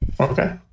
Okay